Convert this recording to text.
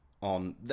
on